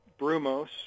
Brumos